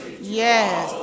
Yes